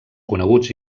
coneguts